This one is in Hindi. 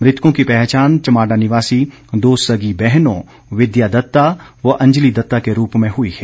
मृतकों की पहचान चमाडा निवासी दो सगी बहनों विद्या दत्ता व अंजली दत्ता के रूप में हुई है